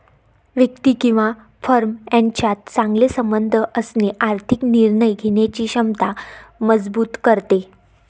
व्यक्ती किंवा फर्म यांच्यात चांगले संबंध असणे आर्थिक निर्णय घेण्याची क्षमता मजबूत करते